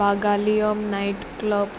बागालिय night club